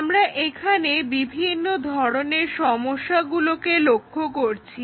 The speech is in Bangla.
আমরা এখানে বিভিন্ন ধরনের সমস্যাগুলোকে লক্ষ্য করছি